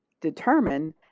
determine